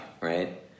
right